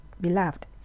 beloved